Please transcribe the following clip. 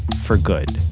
for good.